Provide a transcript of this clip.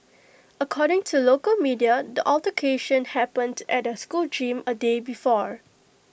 according to local media the altercation happened at the school gym A day before